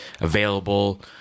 available